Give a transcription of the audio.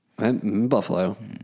Buffalo